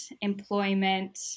employment